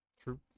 True